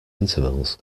intervals